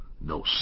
No